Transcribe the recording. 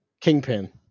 Kingpin